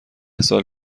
سال